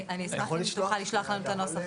אני אשמח אם אתה יכול לשלוח לנו את הנוסח,